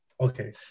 okay